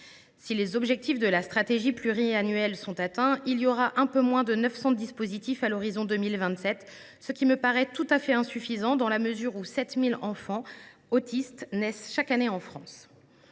Si les objectifs de la stratégie pluriannuelle sont atteints, il y aura un peu moins de 900 dispositifs à l’horizon 2027, ce qui me paraît tout à fait insuffisant dans la mesure où 7 000 enfants autistes naissent chaque année en France.